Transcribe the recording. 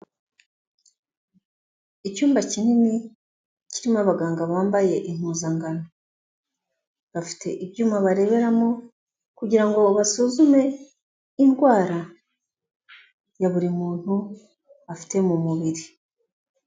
Icyumba kinini kirimo abaganga bambaye impuzankano, bafite ibyuma bareberamo kugira basuzume indwara ya buri muntu afite mu mubiri.